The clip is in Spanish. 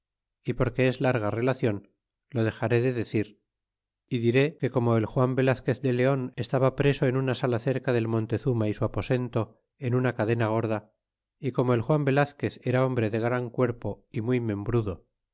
porque es larga relacion lo dexaré de decir y diré que como el juan velazquez de leon estaba preso en una sala cerca del montezuma y su aposento en una cadena gorda y como el juan velazquez era hombre de gran cuerpo y muy membrudo